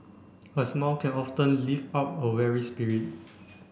a smile can often lift up a weary spirit